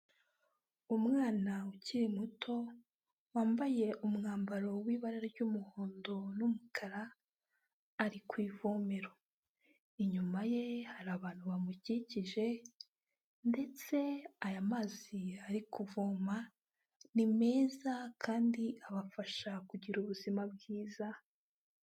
Umwana ukiri muto, wambaye umwambaro w'ibara ry'umuhondo n'umukara, ari ku ivomero. Inyuma ye hari abantu bamukikije, ndetse aya mazi ari kuvoma ni meza kandi abafasha kugira ubuzima bwiza.